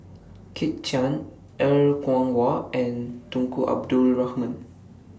Kit Chan Er Kwong Wah and Tunku Abdul Rahman